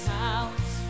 house